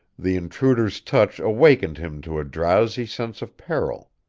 the intruder's touch awakened him to a drowsy sense of peril.